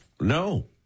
No